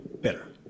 better